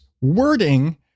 wording